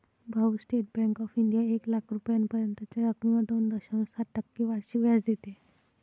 भाऊ, state bank of India एक लाख रुपयांपर्यंतच्या रकमेवर दोन दशांश सात टक्के वार्षिक व्याज देते